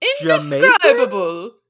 Indescribable